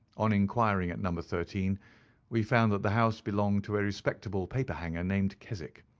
on inquiring at number thirteen we found that the house belonged to a respectable paperhanger, named keswick,